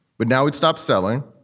but now he stopped selling.